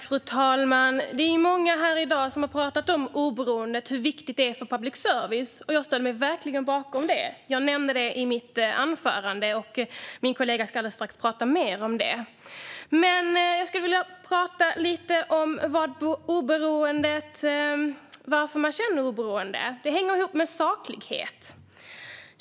Fru talman! Vi är många här i dag som har talat om hur viktigt oberoendet är för public service, och jag ställer mig verkligen bakom det. Jag nämnde det i mitt anförande, och min kollega ska alldeles strax tala mer om det. Jag skulle vilja tala lite om hur man känner att public service är oberoende. Det hänger ihop med saklighet.